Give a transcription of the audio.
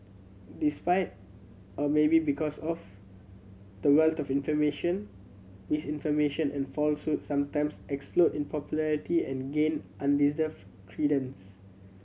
despite or maybe because of the wealth of information misinformation and falsehoods sometimes explode in popularity and gain undeserved credence